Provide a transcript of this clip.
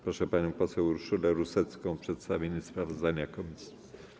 Proszę panią poseł Urszulę Rusecką o przedstawienie sprawozdania komisji.